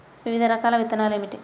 వివిధ రకాల విత్తనాలు ఏమిటి?